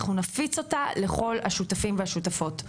אנחנו נפיץ אותה לכל השותפים והשותפות.